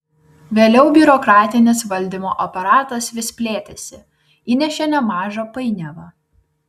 vėliau biurokratinis valdymo aparatas vis plėtėsi įnešė nemažą painiavą